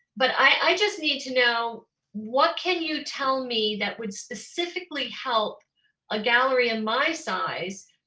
but i just need to know what can you tell me that would specifically help a gallery of my size?